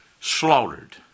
Slaughtered